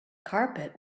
carpet